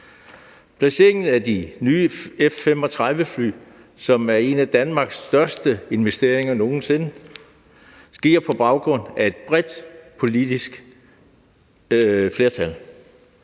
Placeringen af de nye F-35-fly, som er en af Danmarks største investeringer nogen sinde, sker på baggrund af et bredt politisk flertal